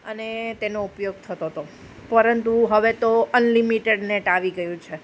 અને તેનો ઉપયોગ થતો હતો પરંતુ હવે તો અનલિમિટેડ નેટ આવી ગયું છે